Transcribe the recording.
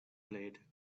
blade